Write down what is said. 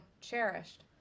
cherished